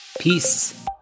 Peace